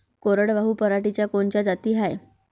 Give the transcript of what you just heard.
कोरडवाहू पराटीच्या कोनच्या जाती हाये?